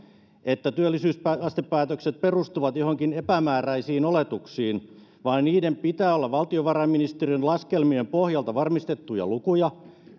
että työllisyysastepäätökset perustuvat joihinkin epämääräisiin oletuksiin vaan niiden pitää olla valtiovarainministeriön laskelmien pohjalta varmistettuja lukuja